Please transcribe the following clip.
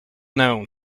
known